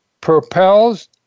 propels